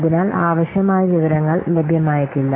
അതിനാൽ ആവശ്യമായ വിവരങ്ങൾ ലഭ്യമായേക്കില്ല